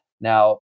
Now